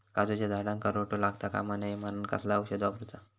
काजूच्या झाडांका रोटो लागता कमा नये म्हनान कसला औषध वापरूचा?